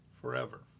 forever